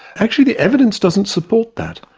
actually the evidence doesn't support that.